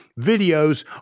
videos